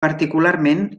particularment